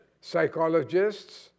psychologists